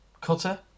Cutter